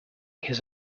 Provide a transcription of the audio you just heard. his